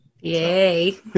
Yay